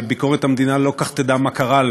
שביקורת המדינה לא כל כך תדע מה קרה לה